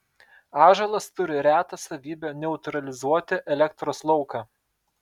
ąžuolas turi retą savybę neutralizuoti elektros lauką